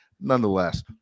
Nonetheless